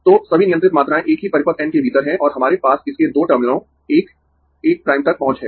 तो सभी नियंत्रित मात्राएं एक ही परिपथ N के भीतर है और हमारे पास इसके दो टर्मिनलों 1 1 प्राइम तक पहुंच है